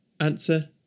Answer